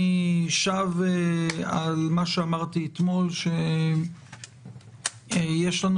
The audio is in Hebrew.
אני שב על מה שאמרתי אתמול שיש לנו